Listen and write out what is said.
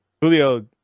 Julio